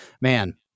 man